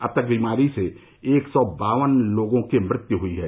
अब तक बीमारी से एक सौ बावन लोगों की मृत्यु हुयी है